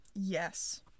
Yes